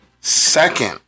second